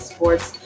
Sports